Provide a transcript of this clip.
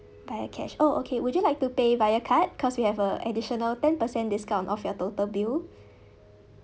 via cash oh okay would you like to pay via card because we have a additional ten percent discount off your total bill